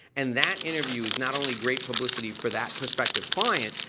and that interview is not only great publicity for that prospective client,